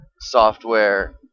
software